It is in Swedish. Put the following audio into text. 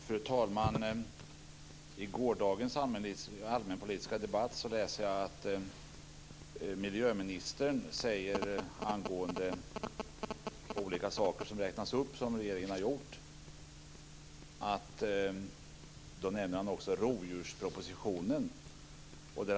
Fru talman! I gårdagens allmänpolitiska debatt räknar miljöministern upp olika saker som regeringen har gjort, och han nämner rovdjurspropositionen.